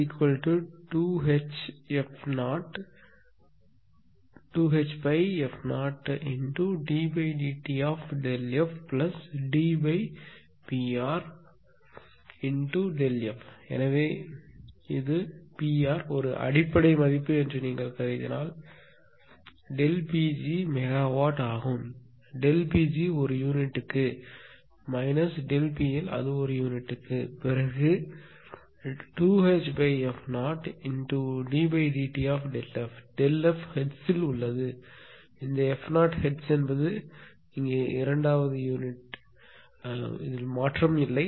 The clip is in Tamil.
Δf எனவே இது P r ஒரு அடிப்படை மதிப்பு என்று நீங்கள் கருதினால் ΔP g மெகாவாட் ஆகும் ΔP g ஒரு யூனிட்டுக்கு மைனஸ் ΔP L அது ஒரு யூனிட்டுக்கு பிறகு 2Hf0ddtΔf Δf ஹெர்ட்ஸில் உள்ளது இந்த f0 ஹெர்ட்ஸ் என்பது இங்கே இரண்டாவது அலகு மாற்றம் இல்லை